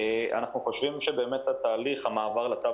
אנחנו חושבים שבאמת תהליך המעבר לתו